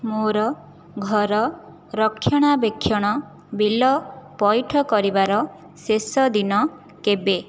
ମୋର ଘର ରକ୍ଷଣାବେକ୍ଷଣ ବିଲ୍ ପଇଠ କରିବାର ଶେଷ ଦିନ କେବେ